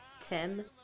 Tim